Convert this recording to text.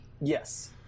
Yes